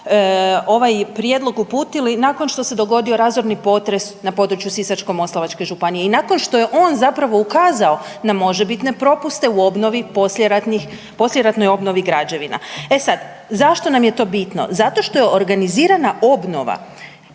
ovaj prijedlog uputili nakon što se dogodio razorni potres na području Sisačko-moslavačke županije i nakon što je on zapravo ukazao na možebitne propuste u obnovi poslijeratnih, poslijeratnoj obnovi građevina. E sad zašto nam je to bitno? Zato što je organizirana obnova